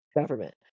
government